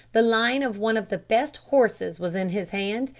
the line of one of the best horses was in his hand,